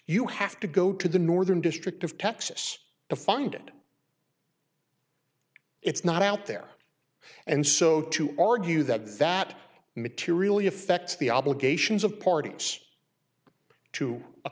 you have to go to the northern district of texas to find it it's not out there and so to argue that that materially affects the obligations of parties to a